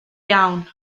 iawn